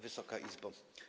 Wysoka Izbo!